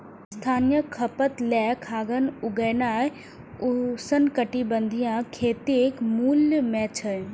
स्थानीय खपत लेल खाद्यान्न उगेनाय उष्णकटिबंधीय खेतीक मूल मे छै